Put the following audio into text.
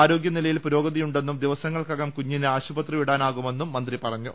ആരോഗ്യ നിലയിൽ പുരോഗതിയുണ്ടെന്നും ദിവസങ്ങൾക്കകം കുഞ്ഞിന് ആശുപത്രി വിടാനാകുമെന്നും മന്ത്രി പറഞ്ഞൂ